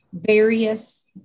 various